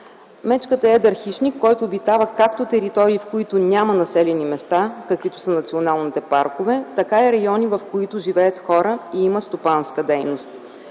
Мечката е едър хищник, който обитава, както територии, в които няма населени места, каквито са националните паркове, така и райони, в които живеят хора и има стопанска дейност.